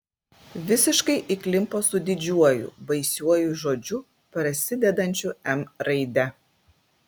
visiškai įklimpo su didžiuoju baisiuoju žodžiu prasidedančiu m raide